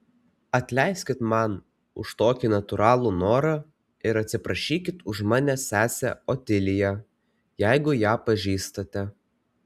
atleiskit man už tokį natūralų norą ir atsiprašykit už mane sesę otiliją jeigu ją pažįstate